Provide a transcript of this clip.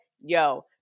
Yo